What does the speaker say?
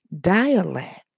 dialect